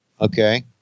Okay